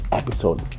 episode